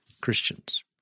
Christians